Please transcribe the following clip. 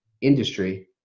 industry